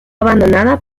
abandonada